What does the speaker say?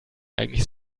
eigentlich